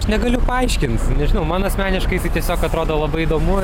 aš negaliu paaiškint nežinau man asmeniškai tai tiesiog atrodo labai įdomu